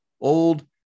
old